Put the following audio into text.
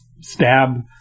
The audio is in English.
stab